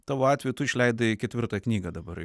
tavo atveju tu išleidai ketvirtą knygą dabar